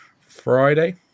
Friday